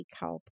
help